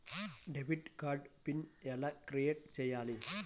Debit card pin ఎలా create చెయ్యాలి?